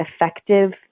effective